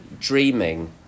Dreaming